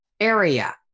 Area